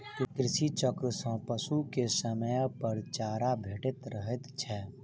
कृषि चक्र सॅ पशु के समयपर चारा भेटैत रहैत छै